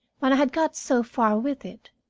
when i had got so far with it.